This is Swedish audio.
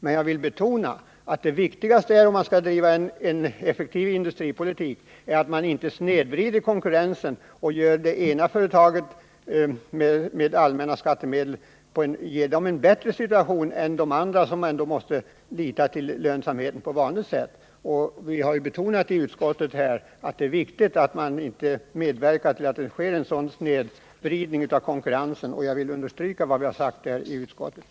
Men jag vill betona att det viktigaste, om man skall driva en effektiv industripolitik, är att man inte snedvrider konkurrensen och genom allmänna skattemedel ger ett företag en bättre situation än andra, som på vanligt sätt måste lita till lönsamheten. Vi har ju också i utskottsbetänkandet betonat att det är viktigt att man inte medverkar till att det sker en sådan snedvridning av konkurrensen, och jag vill understryka detta.